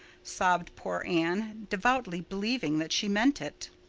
sobbed poor anne, devoutly believing that she meant it.